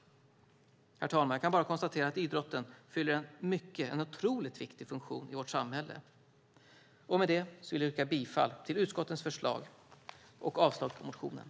Herr talman! Jag kan bara konstatera att idrotten fyller en otroligt viktig funktion i vårt samhälle. Med det vill jag yrka bifall till utskottets förslag och avslag på motionerna.